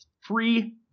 free